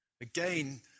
Again